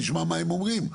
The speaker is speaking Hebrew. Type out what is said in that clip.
נשמע מה הם אומרים.